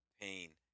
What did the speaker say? pain